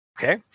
okay